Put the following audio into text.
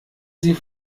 sie